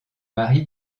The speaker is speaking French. mari